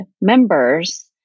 members